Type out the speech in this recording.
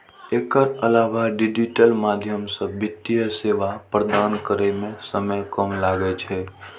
एकर अलावा डिजिटल माध्यम सं वित्तीय सेवा प्रदान करै मे समय कम लागै छै